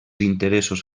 interessos